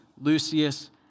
Lucius